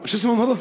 מה השם של אלה?)